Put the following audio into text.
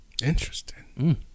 Interesting